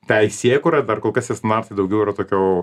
teisėkūrą dar kol kas tie standartai daugiau yra tokio